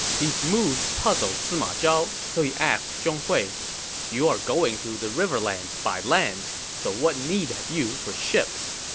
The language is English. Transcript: these moves puzzled sima zhao, so he asked zhong hui, you are going to the riverlands by land, so what need have you for ships?